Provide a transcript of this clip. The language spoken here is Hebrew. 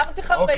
למה צריך 40?